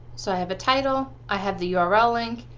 so i have a title, i have the yeah url link.